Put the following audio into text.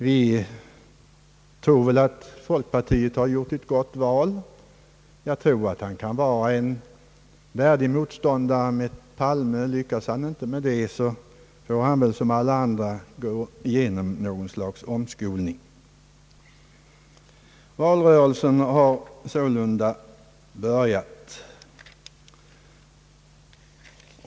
Vi tror väl att folkpartiet har gjort ett gott val, och jag tror den nye ledaren kan vara en värdig motståndare till Palme. Lyckas han inte med det får han väl som alla andra gå igenom något slags omskolning. Valrörelsen har sålunda börjat.